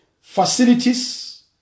facilities